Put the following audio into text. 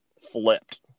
flipped